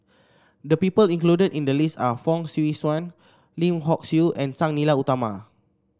the people included in the list are Fong Swee Suan Lim Hock Siew and Sang Nila Utama